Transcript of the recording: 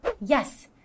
yes